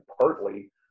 partly